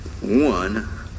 one